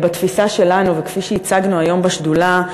בתפיסה שלנו וכפי שהצגנו היום בשדולה,